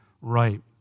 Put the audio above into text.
right